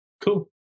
Cool